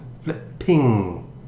flipping